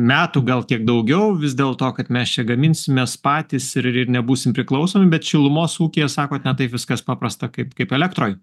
metų gal kiek daugiau vis dėlto kad mes čia gaminsimės patys ir ir nebūsim priklausomi bet šilumos ūkyje sakot ne taip viskas paprasta kaip kaip elektroj